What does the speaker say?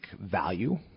value